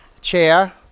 Chair